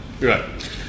Right